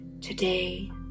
today